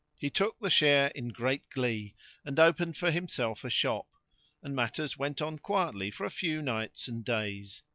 he took the share in great glee and opened for himself a shop and matters went on quietly for a few nights and days.